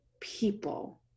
people